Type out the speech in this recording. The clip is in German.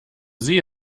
sie